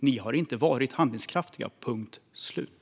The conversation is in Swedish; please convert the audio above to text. Ni har inte varit handlingskraftiga, punkt slut.